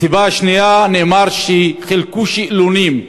הסיבה השנייה, נֶאמר שחילקו שאלונים,